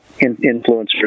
influencers